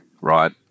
Right